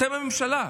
אתם הממשלה,